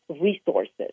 resources